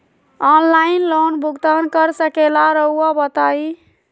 Online loan भुगतान कर सकेला राउआ बताई?